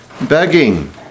begging